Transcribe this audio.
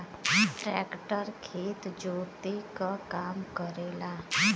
tractor खेत जोते क काम करेला